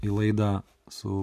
į laidą su